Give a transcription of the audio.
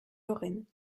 lorraine